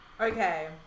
okay